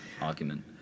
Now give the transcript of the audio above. argument